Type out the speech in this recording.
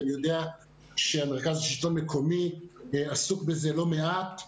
אני יודע שמרכז השלטון המקומי עסוק בזה לא מעט.